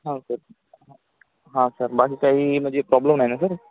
हां सर हां सर बाकी काही म्हणजे प्रॉब्लेम नाही ना सर